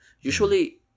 Usually